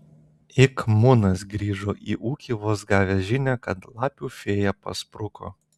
ik munas grįžo į ūkį vos gavęs žinią kad lapių fėja paspruko